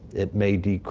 it may be,